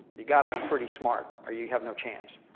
you got to be pretty smart or you have no chance.